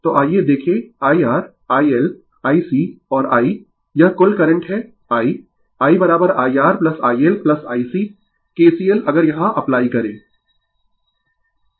तो आइए देखें IR IL IC और I यह कुल करंट है I I IR IL IC kcl अगर यहां अप्लाई करें